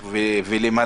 אם יבוא מישהו ויגיד לי